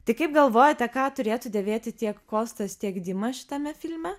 tai kaip galvojate ką turėtų dėvėti tiek kostas tiek dima šitame filme